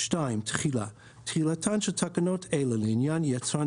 תחילה 2. תחילתן של תקנות אלה לעניין יצרן